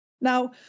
Now